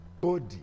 Body